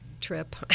trip